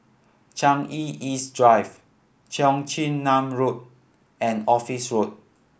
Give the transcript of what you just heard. Changi East Drive Cheong Chin Nam Road and Office Road